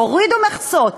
הורידו מכסות,